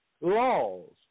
laws